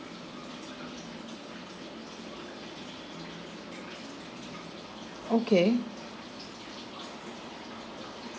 okay